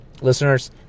Listeners